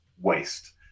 waste